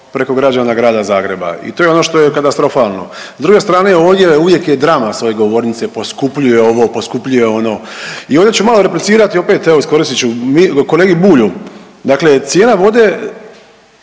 preko građana grada Zagreba i to je ono što je katastrofalno. S druge strane, ovdje uvijek je drama s ove govornice, poskupljuje ovo, poskupljuje ono i ovdje ću malo replicirati opet, evo iskoristit ću .../nerazumljivo/... kolegi Bulju. Dakle, cijena vode